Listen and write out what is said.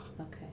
Okay